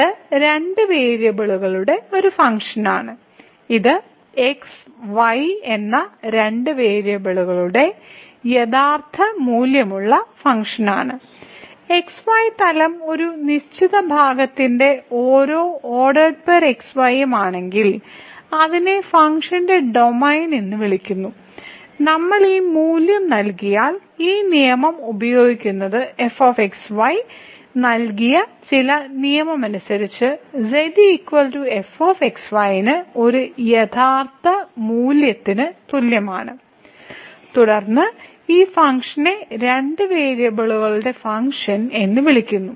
ഇത് രണ്ട് വേരിയബിളുകളുടെ ഒരു ഫംഗ്ഷനാണ് ഇത് x y എന്ന രണ്ട് വേരിയബിളുകളുടെ യഥാർത്ഥ മൂല്യമുള്ള ഫംഗ്ഷനാണ് xy തലം ഒരു നിശ്ചിത ഭാഗത്തിന്റെ ഓരോ x y ഉം ആണെങ്കിൽ അതിനെ ഫംഗ്ഷന്റെ ഡൊമെയ്ൻ എന്ന് വിളിക്കുന്നു നമ്മൾ ഈ മൂല്യം നൽകിയാൽ ഈ നിയമം ഉപയോഗിക്കുന്നത് f x y നൽകിയ ചില നിയമമനുസരിച്ച് z f x y ന് ഒരു യഥാർത്ഥ മൂല്യത്തിന് തുല്യമാണ് തുടർന്ന് ഈ ഫംഗ്ഷനെ രണ്ട് വേരിയബിളുകളുടെ ഫംഗ്ഷൻ എന്ന് വിളിക്കുന്നു